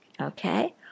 Okay